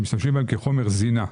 כחומר זינה.